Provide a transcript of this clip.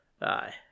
Aye